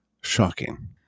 shocking